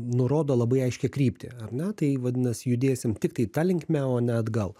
nurodo labai aiškią kryptį ar ne tai vadinas judėsim tiktai ta linkme o ne atgal